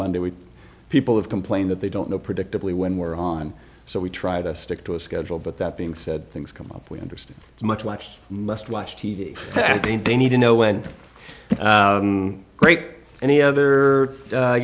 monday we people have complained that they don't know predictably when we're on so we try to stick to a schedule but that being said things come up we understand it's much much must watch t v they need to know when great any other